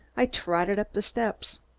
i trotted up the steps.